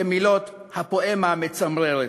כמילות הפואמה המצמררת.